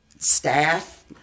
Staff